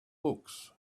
books